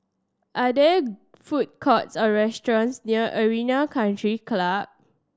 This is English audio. are there food courts or restaurants near Arena Country Club